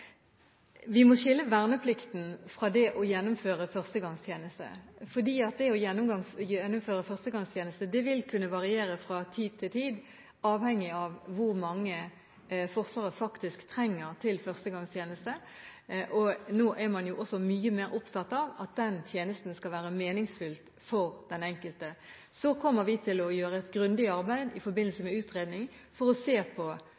Vi må skille verneplikten fra det å gjennomføre førstegangstjeneste, for det å gjennomføre førstegangstjeneste vil kunne variere fra tid til tid, avhengig av hvor mange Forsvaret faktisk trenger til førstegangstjeneste, og nå er man også mye mer opptatt av at den tjenesten skal være meningsfylt for den enkelte. Så kommer vi til å gjøre et grundig arbeid i forbindelse med utredning for å se på